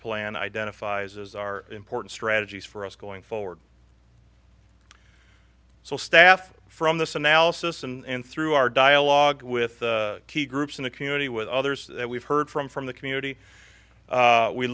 plan identifies as are important strategies for us going forward so staff from this analysis and through our dialogue with key groups in the community with others that we've heard from from the community